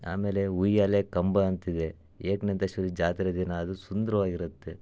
ಆಮೇಲೆ ಉಯ್ಯಾಲೆ ಕಂಬ ಅಂತಿದೆ ಏಕನಾಥೇಶ್ವರಿ ಜಾತ್ರೆ ದಿನ ಅದು ಸುಂದ್ರವಾಗಿರುತ್ತೆ